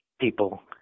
people